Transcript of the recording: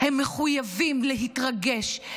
הם מחויבים להתרגש,